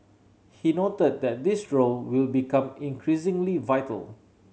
he noted that this role will become increasingly vital